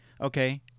Okay